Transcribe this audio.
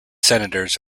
senators